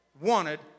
wanted